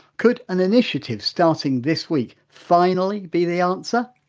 could an initiative starting this week, finally be the answer?